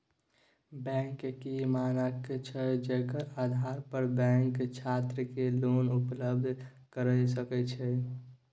Bank के की मानक छै जेकर आधार पर बैंक छात्र के लोन उपलब्ध करय सके ये?